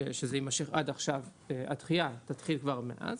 שזה יימשך עד עכשיו והדחייה תתחיל כבר מאז.